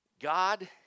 God